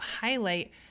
highlight